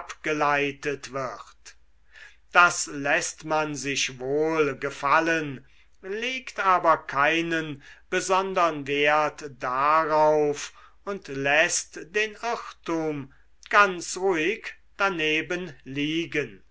abgeleitet wird das läßt man sich wohl gefallen legt aber keinen besondern wert darauf und läßt den irrtum ganz ruhig daneben liegen